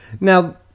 Now